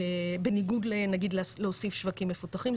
בניגוד לנגיד להוסיף שווקים מפותחים,